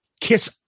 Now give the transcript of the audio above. Kiss